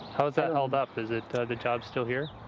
how's that hold up? is it, are the jobs still here?